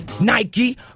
Nike